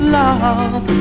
love